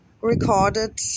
Recorded